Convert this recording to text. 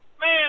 Man